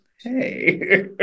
hey